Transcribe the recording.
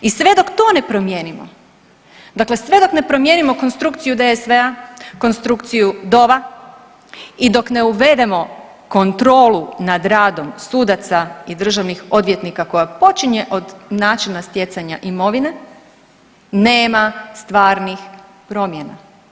I sve tok to ne promijenimo, dakle sve dok ne promijenimo konstrukciju DSV-a konstrukciju DOV-a i dok ne uvedemo kontrolu nad radom sudaca i državnih odvjetnika koja počinje od načina stjecanja imovine nema stvarnih promjena.